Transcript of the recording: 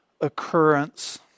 occurrence